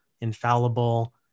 infallible